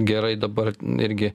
gerai dabar irgi